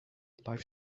life